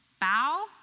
bow